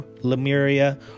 lemuria